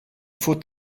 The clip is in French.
faut